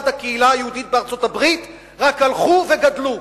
הקהילה היהודית בארצות-הברית רק הלכו וגדלו.